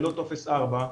ללא טופס 4,